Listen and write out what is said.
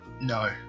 No